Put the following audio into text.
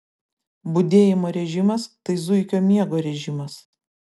budėjimo režimas tai zuikio miego režimas